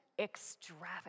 extravagant